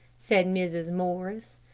said mrs. morris.